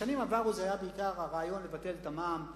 בשנים עברו זה היה בעיקר הרעיון לבטל את הפטור ממע"מ באילת.